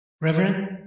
Reverend